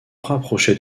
rapprochait